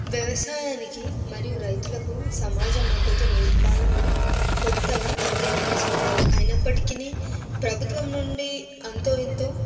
వ్యవసాయానికి మరియు రైతులకు సమాజం మద్ధతు నేటికాలంలో కొంతగా తగ్గిందనే చెప్పాలి అయినప్పటికీ ప్రభుత్వం నుండి అంతో ఇంతో